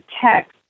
text